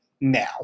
now